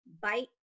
bite